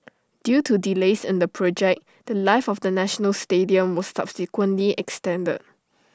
due to delays in the project The Life of the national stadium was subsequently extended